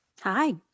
Hi